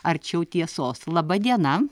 arčiau tiesos laba diena